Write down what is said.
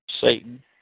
Satan